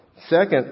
Second